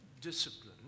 discipline